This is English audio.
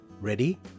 Ready